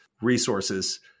resources